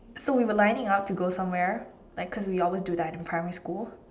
so we were lining up to go somewhere like cause we always do that in primary school